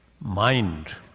mind